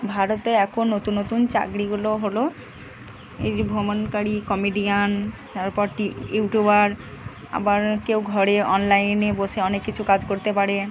ভারতে এখন নতুন নতুন চাকরিগুলো হলো এই যে ভ্রমণকারী কমেডিয়ান তারপর ইউটিউবার আবার কেউ ঘরে অনলাইনে বসে অনেক কিছু কাজ করতে পারে